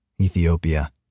Ethiopia